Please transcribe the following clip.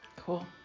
cool